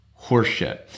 horseshit